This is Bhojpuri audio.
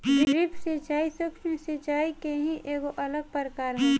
ड्रिप सिंचाई, सूक्ष्म सिचाई के ही एगो अलग प्रकार ह